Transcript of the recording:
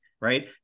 right